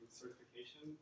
certification